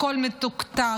הכול מתוקתק,